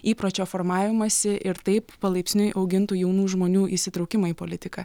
įpročio formavimąsi ir taip palaipsniui augintų jaunų žmonių įsitraukimą į politiką